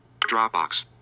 Dropbox